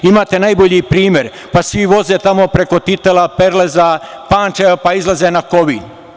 Imate najbolji primer pa svi voze tamo preko Titela, Perleza, Pančeva, pa izlaze na Kovin.